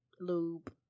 lube